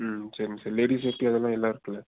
சரிங்க sir ladies safety அதெல்லாம் எல்லாம் இருக்குல